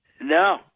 No